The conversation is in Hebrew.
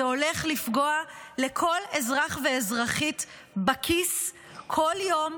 זה הולך לפגוע לכל אזרח ואזרחית בכיס כל יום,